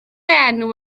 enw